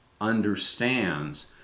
understands